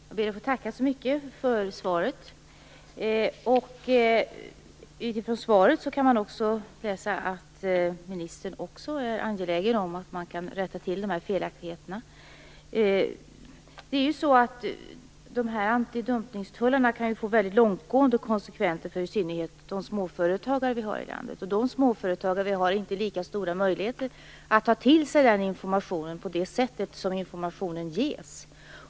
Herr talman! Jag ber att få tacka så mycket för svaret. Av svaret kan man utläsa att också ministern är angelägen om att de här felaktigheterna rättas till. Antidumpningstullarna kan ju få väldigt långtgående konsekvenser för i synnerhet landets småföretagare. Dessa har inte lika stora möjligheter att ta till sig informationen på det sätt som den ges.